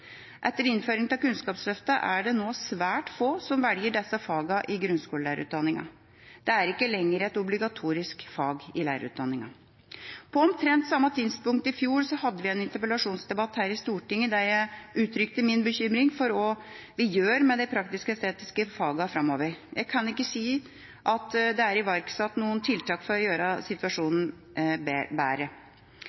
Etter innføring av Kunnskapsløftet er det nå svært få som velger disse fagene i grunnskolelærerutdanningen. Det er ikke lenger et obligatorisk fag i lærerutdanningen. På omtrent samme tidspunkt i fjor hadde vi en interpellasjonsdebatt her i Stortinget der jeg uttrykte min bekymring for hva vi gjør med de praktisk-estetiske fagene framover. Jeg kan ikke si at det er iverksatt noen tiltak for å gjøre